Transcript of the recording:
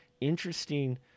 interesting